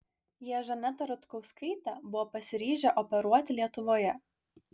jie žanetą rutkauskaitę buvo pasiryžę operuoti lietuvoje